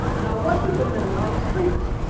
now what did the millerites preach?